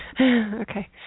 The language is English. Okay